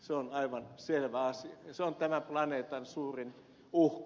se on aivan selvä asia ja se on tämän planeetan suurin uhka